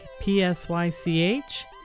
p-s-y-c-h